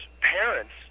parents